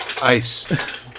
Ice